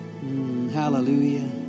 Hallelujah